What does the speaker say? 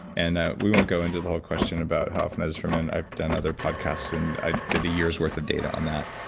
and ah we won't go into the whole question about how often it is for men, i've done other podcasts and i did a year's worth of data on that,